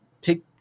take